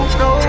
no